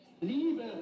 Liebe